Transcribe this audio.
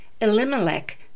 Elimelech